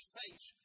face